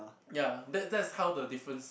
ya that that's how do the difference